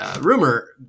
rumor